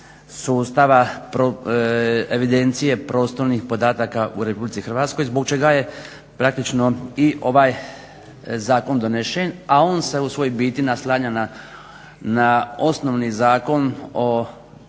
sustava evidencije prostornih podataka u Republici Hrvatskoj zbog čega je praktično i ovaj zakon donesen a on se u svojoj biti naslanja na osnovni zakon o